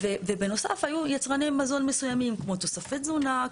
ובנוסף היו יצרני מזון מסוימים כמו תוספות תזונה,